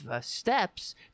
steps